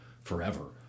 Forever